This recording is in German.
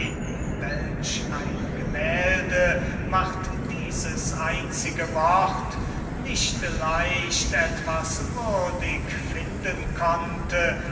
ein gemälde macht dieses einzige wort nicht leicht etwas würdig finden konnte